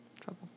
trouble